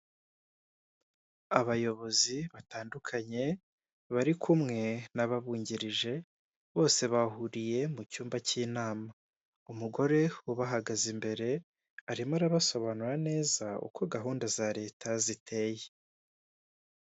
Abayobozi batandukanye bari kumwe n'ababungirije bose bahuriye mu cyumba cy'inama, umugore ubahagaze imbere arimo arabasobanurira neza uko gahunda za leta ziteye.